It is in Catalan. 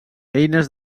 eines